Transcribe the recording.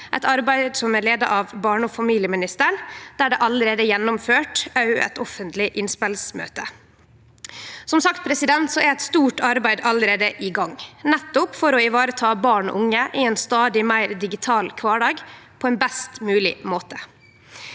eit arbeid som er leidd av barne- og familieministeren, der det allereie er gjennomført eit offentleg innspelsmøte. Som sagt er eit stort arbeid allereie i gang nettopp for å vareta barn og unge i ein stadig meir digital kvardag på ein best mogleg måte.